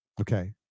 Okay